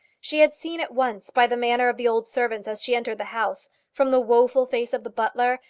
she had seen at once by the manner of the old servants as she entered the house, from the woeful face of the butler,